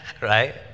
right